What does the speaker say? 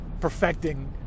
Perfecting